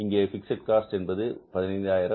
இங்கே fixed cost என்பது 15000